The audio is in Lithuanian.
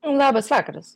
labas vakaras